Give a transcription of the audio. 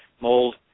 mold